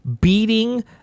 beating